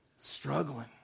struggling